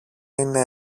είναι